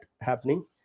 happening